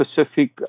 specific